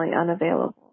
unavailable